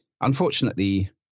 Unfortunately